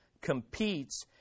competes